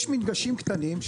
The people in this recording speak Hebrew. יש מתקנים קטנים,